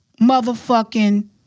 motherfucking